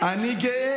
אני גאה,